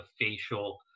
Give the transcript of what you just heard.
facial